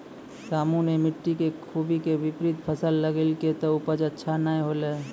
रामू नॅ मिट्टी के खूबी के विपरीत फसल लगैलकै त उपज अच्छा नाय होलै